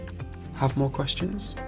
have more questions?